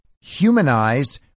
humanized